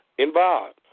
Involved